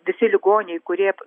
visi ligoniai kurie